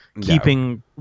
keeping